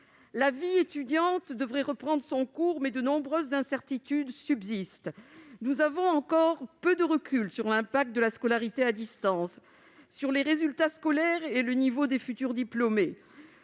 La vie étudiante devrait reprendre son cours, mais de nombreuses incertitudes subsistent. Nous disposons encore de peu de recul pour évaluer les conséquences de la scolarité à distance sur les résultats scolaires et le niveau des futurs diplômés,